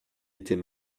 était